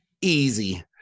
easy